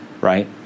right